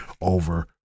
over